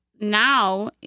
Now